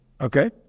okay